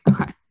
Okay